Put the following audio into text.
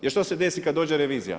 Jer što se desi kada dođe revizija?